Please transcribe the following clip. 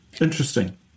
Interesting